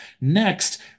Next